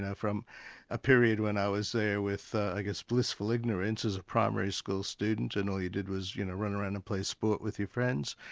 yeah from a period when i was there with ah i guess blissful ignorance, as a primary school student, when and all you did was you know run around and play sport with your friends,